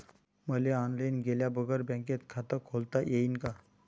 मले ऑनलाईन गेल्या बगर बँकेत खात खोलता येईन का?